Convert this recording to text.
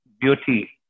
beauty